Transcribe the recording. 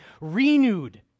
Renewed